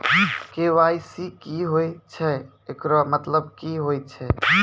KYC की होय छै, एकरो मतलब की होय छै?